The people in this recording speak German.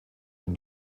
dem